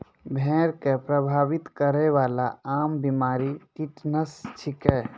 भेड़ क प्रभावित करै वाला आम बीमारी टिटनस छिकै